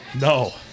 no